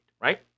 right